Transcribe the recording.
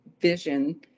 vision